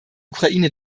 ukraine